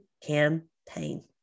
campaign